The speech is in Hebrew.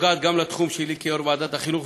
נוגעת גם בתחום שלי כיושב-ראש ועדת החינוך,